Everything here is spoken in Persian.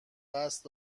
قصد